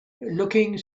looking